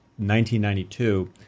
1992